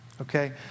Okay